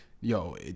yo